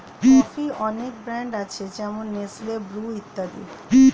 কফির অনেক ব্র্যান্ড আছে যেমন নেসলে, ব্রু ইত্যাদি